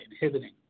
inhibiting